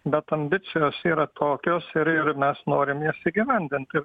bet ambicijos yra tokios ir ir mes norim jas įgyvendint taip